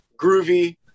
groovy